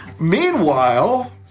Meanwhile